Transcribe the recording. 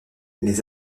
les